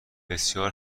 بسیار